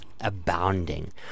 abounding